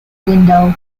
window